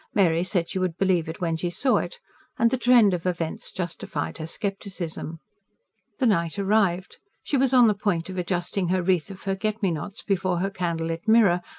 mary said she would believe it when she saw it and the trend of events justified her scepticism. the night arrived she was on the point of adjusting her wreath of forget-me-nots before her candle-lit mirror,